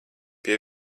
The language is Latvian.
pie